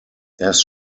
erst